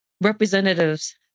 representatives